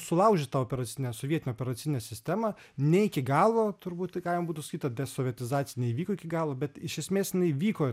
sulaužyt tą operacinę sovietinę operacinę sistemą ne iki galo turbūt tai galima būtų sakyt ta desovietizacija neįvyko iki galo bet iš esmės jinai vyko